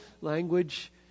Language